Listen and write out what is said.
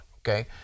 okay